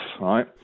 right